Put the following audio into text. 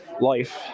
life